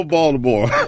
Baltimore